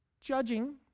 judging